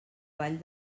vall